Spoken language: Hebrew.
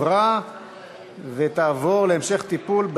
התשע"ה 2014,